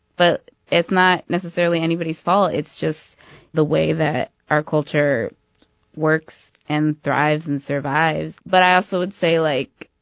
but it's not necessarily anybody's fault. it's just the way that our culture works and thrives and survives but i also would say, like,